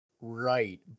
right